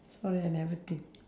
sorry I never take